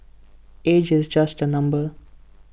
age is just A number